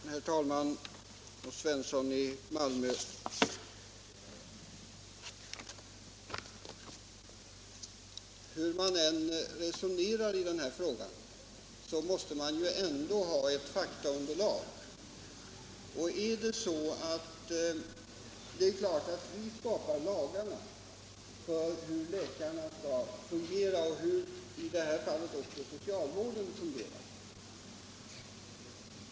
Herr talman! Hur man än resonerar i den här frågan måste man, herr Svensson i Malmö, ha ett faktaunderlag. Vi skapar lagar som föreskriver hur läkarna skall fungera och — i detta fall — för hur socialvården skall fungera.